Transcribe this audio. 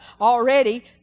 already